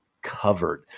covered